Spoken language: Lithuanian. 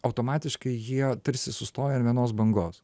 automatiškai jie tarsi sustoja ant vienos bangos